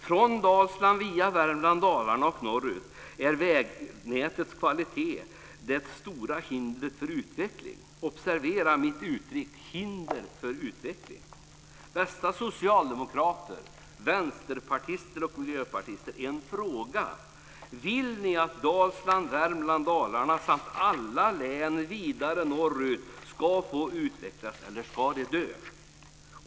Från Dalsland via Värmland, Dalarna och norrut är vägnätets kvalitet det stora hindret för utveckling. Observera mitt uttryck: Hinder för utveckling. Bästa socialdemokrater, vänsterpartister och miljöpartister! Jag har en fråga. Vill ni att Dalsland, Värmland, Dalarna och alla län vidare norrut ska utvecklas? Eller ska de dö?